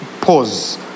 pause